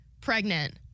pregnant